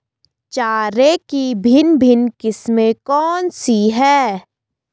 चारे की भिन्न भिन्न किस्में कौन सी हैं?